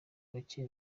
bake